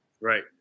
Right